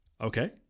okay